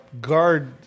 guard